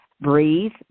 breathe